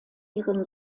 ihren